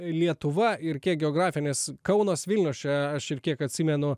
lietuva ir kiek geografinis kaunas vilnius čia aš ir kiek atsimenu